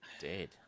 dead